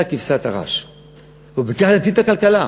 זו כבשת הרש, ובכך נציל את הכלכלה.